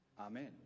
amen